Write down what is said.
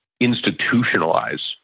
institutionalize